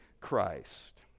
Christ